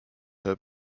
her